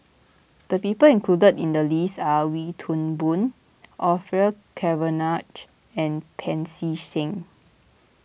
the people included in the list are Wee Toon Boon Orfeur Cavenagh and Pancy Seng